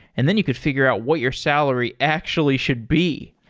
and then you could figure out what your salary actually should be.